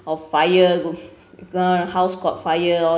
of fire good ah house caught fire all